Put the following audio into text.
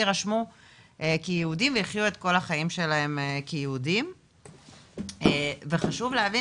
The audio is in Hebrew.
ירשמו כיהודים ויחיו את כל החיים שלהם כיהודים וחשוב להבין